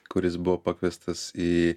kuris buvo pakviestas į